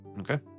Okay